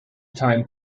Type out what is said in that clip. time